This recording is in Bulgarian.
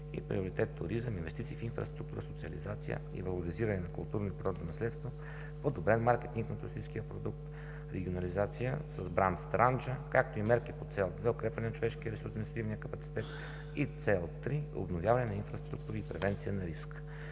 и приоритет Туризъм – инвестиции в инфраструктура, социализация и валоризиране на културно и природно наследство по одобрен маркетинг на туристическия продукт – регионализация бранд „Странджа“, както и мерки по цел 2 „Укрепване на човешкия ресурс и административния капацитет“ и цел 3 „Обновяване на инфраструктура и превенция на риска“.